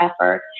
effort